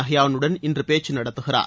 நஹ்யானுடன் இன்று பேச்சு நடத்துகிறார்